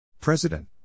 President